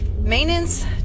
Maintenance